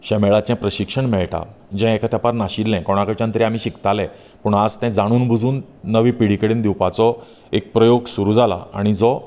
शेमेळाचे प्रशिक्षण मेळटा जे एका तेंपार नाशिल्ले कोणा कडच्यान तरी आमी शिकताले पूण तें आज जाणून बुजून नवीन पिडी कडेन दिवपाचो एक प्रयोग सुरू जाला आनी जो